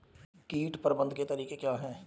कीट प्रबंधन के तरीके क्या हैं?